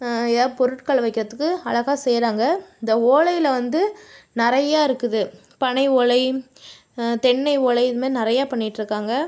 நிறைய பொருட்களை வைக்கறதுக்கு அழகாக செய்கிறாங்க இந்த ஓலையில் வந்து நிறைய இருக்குது பனை ஓலை தென்னை ஓலை இது மாதிரி நிறையா பண்ணிட்டுருக்காங்க